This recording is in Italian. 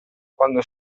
quando